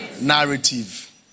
Narrative